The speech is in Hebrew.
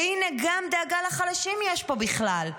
והינה גם דאגה לחלשים יש פה בכלל.